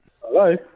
Hello